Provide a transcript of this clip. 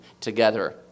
together